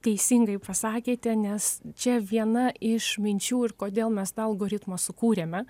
teisingai pasakėte nes čia viena iš minčių ir kodėl mes tą algoritmą sukūrėme